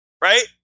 right